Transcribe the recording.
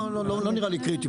לא נראה לי קריטי.